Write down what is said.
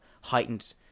heightened